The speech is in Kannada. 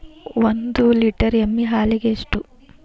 ಒಂದು ಲೇಟರ್ ಎಮ್ಮಿ ಹಾಲಿಗೆ ಎಷ್ಟು?